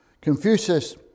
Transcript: Confucius